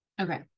Okay